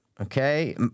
Okay